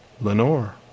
Lenore